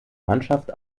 mannschaft